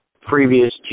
previous